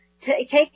take